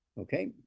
Okay